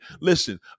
Listen